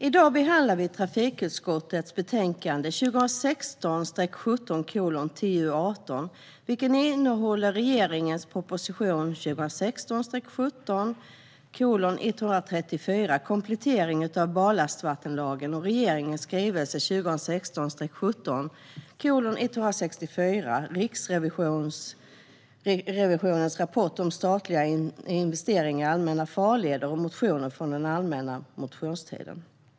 I dag behandlar vi trafikutskottets betänkande 2016 17:134 Komplettering av barlastvattenlagen och regeringens skrivelse 2016/17:164 Riksrevisionens rapport om statliga investeringar i allmänna farleder samt motioner från den allmänna motionstiden.